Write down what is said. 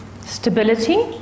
stability